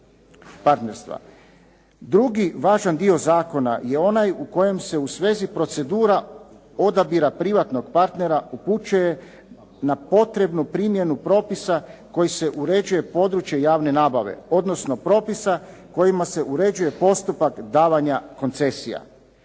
Drugi važan dio zakona je onaj u kojem se u svezi procedura odabira privatnog partnera upućuje na potrebnu primjenu propisa kojim se uređuje područje javne nabave, odnosno propisa kojima se uređuje postupak davanja koncesija.